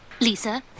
Lisa